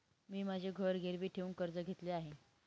मी माझे घर गिरवी ठेवून कर्ज घेतले आहे